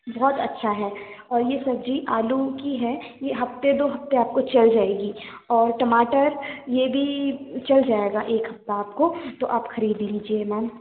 बहुत अच्छा है और ये सब्जी आलू की है ये हफ्ते दो हफ्ते आपको चल जाएगी और टमाटर ये भी चल जाएगा एक हफ्ता आपको तो आप खरीद लीजिए मेम